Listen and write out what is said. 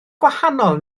gwahanol